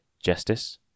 justice